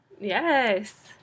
Yes